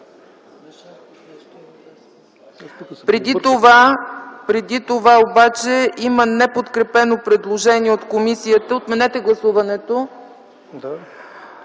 Преди това обаче има неподкрепено предложение от комисията. Отменете гласуването.